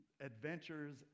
adventures